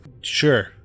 Sure